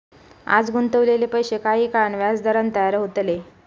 आज गुंतवलेले पैशे काही काळान व्याजदरान तयार होतले